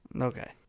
Okay